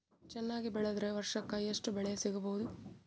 ಚೆನ್ನಾಗಿ ಬೆಳೆದ್ರೆ ವರ್ಷಕ ಎಷ್ಟು ಬೆಳೆ ಸಿಗಬಹುದು?